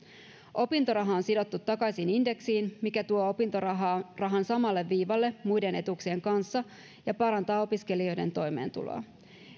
opintoraha on sidottu takaisin indeksiin mikä tuo opintorahan samalle viivalle muiden etuuksien kanssa ja parantaa opiskelijoiden toimeentuloa